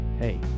hey